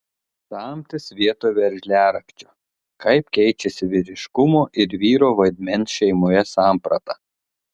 samtis vietoj veržliarakčio kaip keičiasi vyriškumo ir vyro vaidmens šeimoje samprata